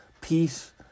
peace